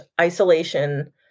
isolation